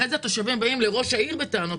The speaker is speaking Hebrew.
אחרי זה התושבים באים אל ראש העירייה בטענות,